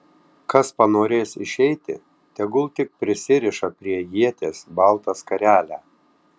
kas panorės išeiti tegu tik prisiriša prie ieties baltą skarelę